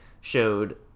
showed